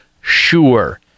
sure